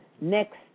next